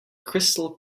crystal